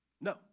No